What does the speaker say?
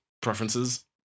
preferences